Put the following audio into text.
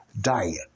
diet